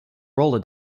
roller